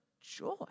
joy